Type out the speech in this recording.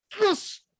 yes